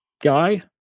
guy